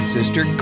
sister